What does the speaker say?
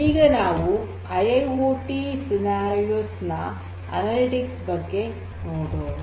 ಈಗ ನಾವು I I O T ಸನ್ನಿವೇಶಗಳ ಅನಲಿಟಿಕ್ಸ್ ಬಗ್ಗೆ ನೋಡೋಣ